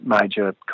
major